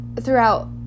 throughout